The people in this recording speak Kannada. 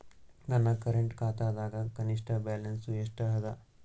ನನ್ನ ಕರೆಂಟ್ ಖಾತಾದಾಗ ಕನಿಷ್ಠ ಬ್ಯಾಲೆನ್ಸ್ ಎಷ್ಟು ಅದ